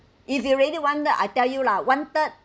if you really want that I tell you lah one third